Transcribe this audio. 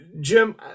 Jim